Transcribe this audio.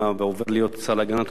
ראה שהוא שאל